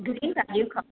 धुली दालियूं खाऊं